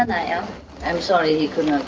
and i am am sorry he could not